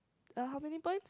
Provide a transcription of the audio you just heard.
uh how many points